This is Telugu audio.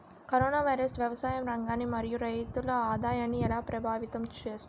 కరోనా వైరస్ వ్యవసాయ రంగాన్ని మరియు రైతుల ఆదాయాన్ని ఎలా ప్రభావితం చేస్తుంది?